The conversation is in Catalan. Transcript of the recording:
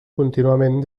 contínuament